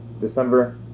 December